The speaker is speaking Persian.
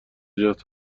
جات